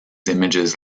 images